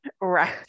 Right